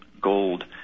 gold